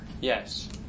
Yes